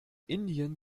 indien